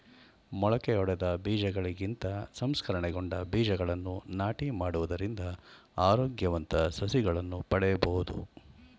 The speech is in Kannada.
ಮೊಳಕೆಯೊಡೆದ ಬೀಜಗಳಿಗಿಂತ ಸಂಸ್ಕರಣೆಗೊಂಡ ಬೀಜಗಳನ್ನು ನಾಟಿ ಮಾಡುವುದರಿಂದ ಆರೋಗ್ಯವಂತ ಸಸಿಗಳನ್ನು ಪಡೆಯಬೋದು